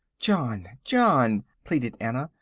john, john, pleaded anna,